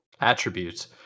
attributes